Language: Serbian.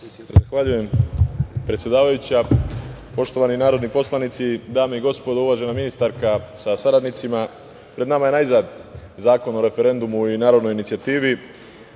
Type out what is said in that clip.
Zahvaljujem, predsedavajuća. Poštovani narodni poslanici, dame i gospodo, uvažena ministarka sa saradnicima, pred nama je najzad Zakon o referendumu i narodnoj inicijativi,